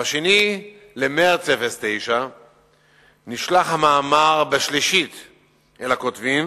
ב-2 במרס 2009 נשלח המאמר בשלישית אל הכותבים